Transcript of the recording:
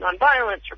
nonviolence